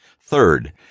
Third